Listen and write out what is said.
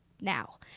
now